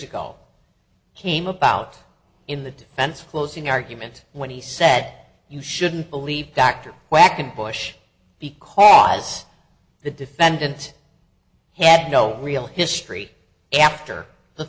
all came about in the defense closing argument when he said you shouldn't believe dr quackenboss because the defendant had no real history after the